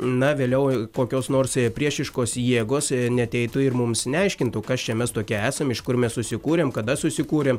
na vėliau kokios nors priešiškos jėgos neateitų ir mums neaiškintų kas čia mes tokie esam iš kur mes susikūrėm kada susikūrėm